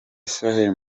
israel